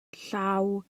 llaw